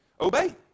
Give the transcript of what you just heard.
Obey